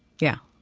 yeah,